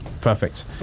Perfect